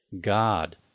God